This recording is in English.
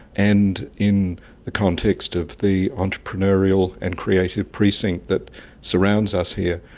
and in the context of the entrepreneurial and creative precinct that surrounds us here,